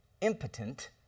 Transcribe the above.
impotent